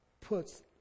puts